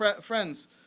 Friends